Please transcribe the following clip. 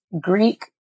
Greek